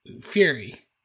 Fury